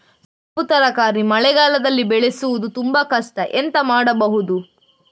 ಸೊಪ್ಪು ತರಕಾರಿ ಮಳೆಗಾಲದಲ್ಲಿ ಬೆಳೆಸುವುದು ತುಂಬಾ ಕಷ್ಟ ಎಂತ ಮಾಡಬಹುದು?